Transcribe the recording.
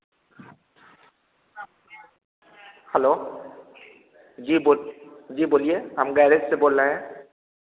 hello ji बोल जी बोलिए हम गैरज से बोल रहे हैं